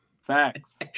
Facts